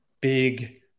big